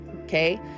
Okay